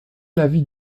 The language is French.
l’avis